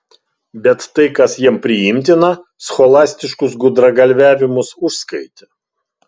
bet tai kas jiems priimtina scholastiškus gudragalviavimus užskaitė